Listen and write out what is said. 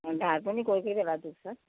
ढाड पनि कोही कोही बेला दुख्छ